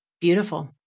Beautiful